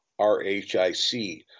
RHIC